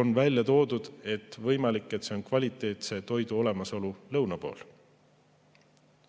on välja toodud, et see võib tuleneda kvaliteetse toidu olemasolust lõuna pool. Kuna